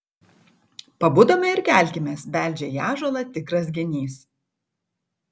pabudome ir kelkimės beldžia į ąžuolą tikras genys